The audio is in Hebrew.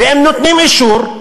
ואם נותנים אישור,